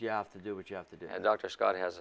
you have to do what you have to do and dr scott has